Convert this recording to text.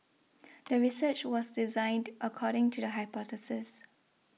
the research was designed according to the hypothesis